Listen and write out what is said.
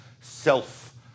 self